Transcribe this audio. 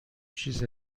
چیز